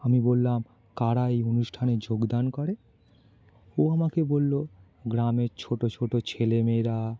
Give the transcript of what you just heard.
আমি বললাম কারা এই অনুষ্ঠানে যোগদান করে ও আমাকে বলল গ্রামের ছোট ছোট ছেলে মেয়েরা